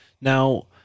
Now